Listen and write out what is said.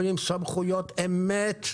אבל עם סמכויות אמת,